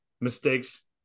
mistakes